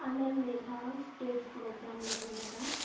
ᱟᱞᱮ ᱢᱤᱫ ᱫᱷᱟᱣ ᱥᱴᱮᱡᱽ ᱯᱨᱚᱜᱨᱟᱢ ᱞᱮ ᱮᱢ ᱞᱮᱫᱟ